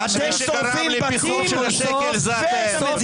מי שגרם לפיחות של השקל זה אתם.